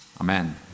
amen